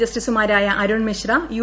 ജസ്റ്റിസുമാരായ അരുൺ മിശ്ര യു